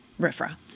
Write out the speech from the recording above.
RIFRA